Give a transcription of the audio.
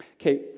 Okay